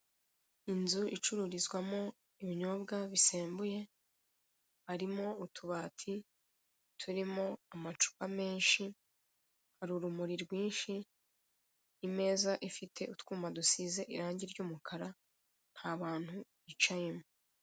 Inzu icururizwamo ibinyobwa bisembuye harimo utubati turimo amacupa menshi hari urumuri rwinshi imeza ifite utwuma dusize irange ry'umukara ntabantu bicayemo.